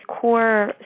core